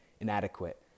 inadequate